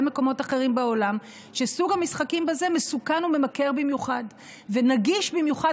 מקומות בעולם שסוג המשחקים הזה מסוכן וממכר במיוחד ונגיש במיוחד.